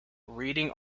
reading